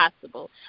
possible